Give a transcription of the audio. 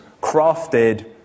crafted